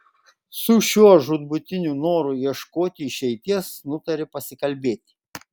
su šiuo žūtbūtiniu noru ieškoti išeities nutarė pasikalbėti